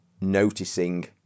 Noticing